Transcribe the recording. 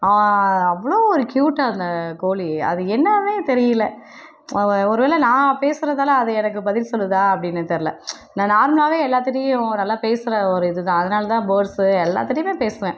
அவ்வளோ ஒரு க்யூட் அந்த கோழி அது என்னாவே தெரியல ஒரு வேளை நான் பேசுகிறதால அது எனக்கு பதில் சொல்லுதா அப்படின்னு தெர்யல நான் நார்மலாவே எல்லாத்துக்கிட்டையும் நல்லா பேசுகிற ஒரு இதுதான் அதனால தான் பேர்ட்ஸு எல்லாத்துக்கிட்டையும் பேசுவேன்